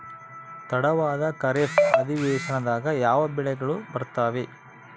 ತಡವಾದ ಖಾರೇಫ್ ಅಧಿವೇಶನದಾಗ ಯಾವ ಬೆಳೆಗಳು ಬರ್ತಾವೆ?